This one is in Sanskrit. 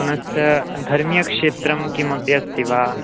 पुनश्च धर्मक्षेत्रं किमपि अस्ति वा